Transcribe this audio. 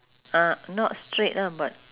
ah not straight lah but